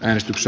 äänestys